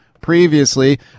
previously